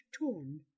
torn